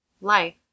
Life